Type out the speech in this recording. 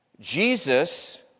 Jesus